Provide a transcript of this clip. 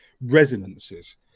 resonances